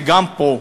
וגם פה.